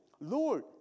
Lord